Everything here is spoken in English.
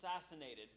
assassinated